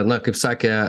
na kaip sakė